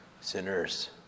sinners